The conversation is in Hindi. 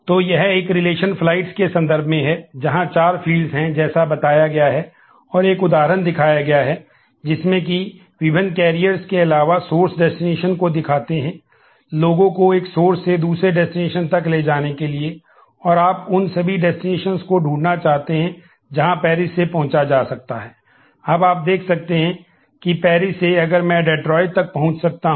तो यह एक रिलेशन फ्लाइटस लेता हूं